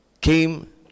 came